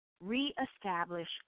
reestablish